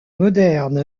moderne